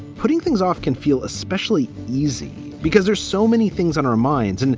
putting things off can feel especially easy because there's so many things on our minds. and